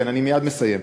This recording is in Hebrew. כן, אני מייד מסיים.